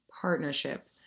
partnership